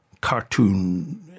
cartoon